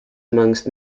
amongst